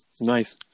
nice